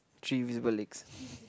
three visible legs